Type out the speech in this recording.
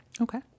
Okay